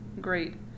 great